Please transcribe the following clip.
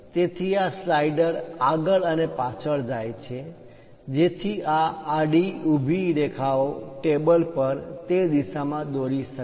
તેથી આ સ્લાઇડર આગળ અને પાછળ જાય છે જેથી આ આડી ઊભી રેખાઓ ટેબલ પર તે દિશામાં દોરી શકાય